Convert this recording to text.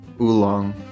Oolong